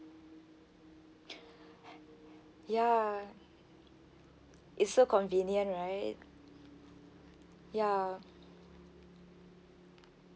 ya it's so convenient right ya